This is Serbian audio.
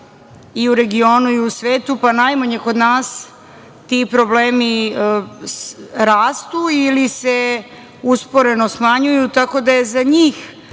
i u regionu i u svetu, pa najmanje kod nas ti problemi rastu ili se usporeno smanjuju. Tako da su oni